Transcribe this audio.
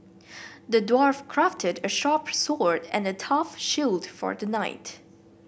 the dwarf crafted a sharp sword and a tough shield for the knight